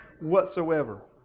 whatsoever